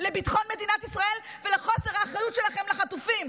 לביטחון מדינת ישראל ועל חוסר האחריות שלכם לחטופים,